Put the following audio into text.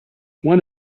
one